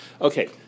Okay